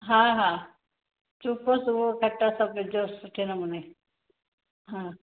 हा हा चुखो सुओ खटि सभु विझोसि सुठे नमूने हा